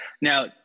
Now